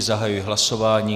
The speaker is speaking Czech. Zahajuji hlasování.